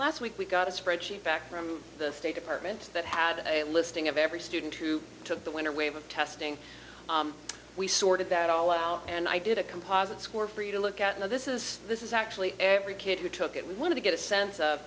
last week we got a spreadsheet back from the state department that had a listing of every student to took the winter wave of testing we sorted that all out and i did a composite score for you to look at and this is this is actually every kid who took it we wanted to get a sense of